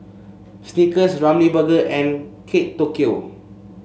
Snickers Ramly Burger and Kate Tokyo